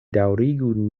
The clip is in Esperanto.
daŭrigu